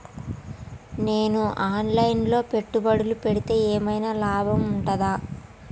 నేను online లో పెట్టుబడులు పెడితే ఏమైనా లాభం ఉంటదా?